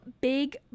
big